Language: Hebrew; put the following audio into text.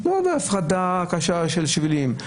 לא בהפרדה קשה של שבילים,